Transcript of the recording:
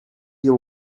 your